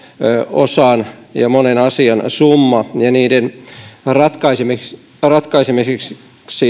osan ja monen asian summa ja niiden ratkaisemiseksi ratkaisemiseksi